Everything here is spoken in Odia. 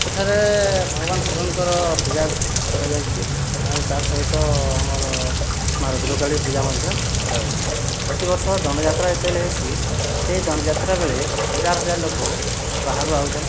ସେଠାରେ ଭଗବାନ ଶିବଙ୍କର ପୂଜା କରାଯାଉଛି ଆଉ ତାର୍ ସହିତ ଆମର ମା ରୁଦ୍ରକାଳୀର୍ ପୂଜା ମଧ୍ୟ କରାଯାଉଛି ପ୍ରତିବର୍ଷ ଦଣ୍ଡଯାତ୍ରା ଯେତେବେଲେ ହେସି ସେ ଦଣ୍ଡଯାତ୍ରା ବେଳେ ହଜାର ହଜାର ଲୋକ ବାହାରୁ ଆଉଛନ